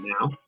now